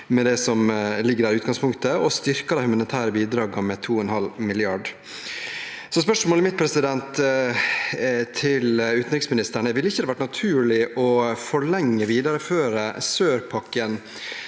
med det som ligger der i utgangspunktet, og styrket de humanitære bidragene med 2,5 mrd. kr. Spørsmålet mitt til utenriksministeren er: Ville det ikke vært naturlig å forlenge og videreføre sør-pakken